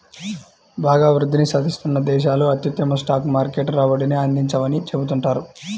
బాగా వృద్ధిని సాధిస్తున్న దేశాలు అత్యుత్తమ స్టాక్ మార్కెట్ రాబడిని అందించవని చెబుతుంటారు